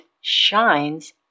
shines